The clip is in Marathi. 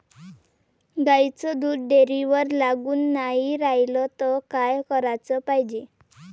गाईचं दूध डेअरीवर लागून नाई रायलं त का कराच पायजे?